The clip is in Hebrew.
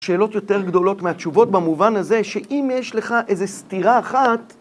שאלות יותר גדולות מהתשובות במובן הזה, שאם יש לך איזה סתירה אחת,